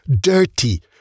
dirty